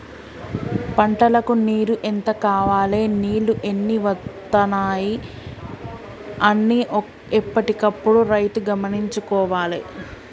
పంటలకు నీరు ఎంత కావాలె నీళ్లు ఎన్ని వత్తనాయి అన్ని ఎప్పటికప్పుడు రైతు గమనించుకోవాలె